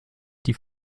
die